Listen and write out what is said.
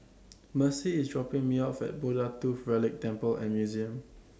Mercy IS dropping Me off At Buddha Tooth Relic Temple and Museum